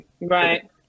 Right